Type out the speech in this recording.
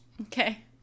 Okay